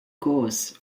course